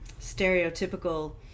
stereotypical